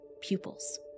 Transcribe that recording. pupils